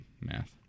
Math